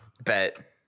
Bet